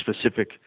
specific